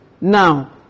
Now